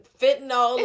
fentanyl